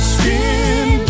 Skin